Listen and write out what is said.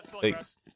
Thanks